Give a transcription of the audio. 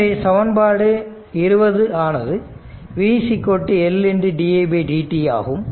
எனவே சமன்பாடு 20 ஆனது v L didt ஆகும்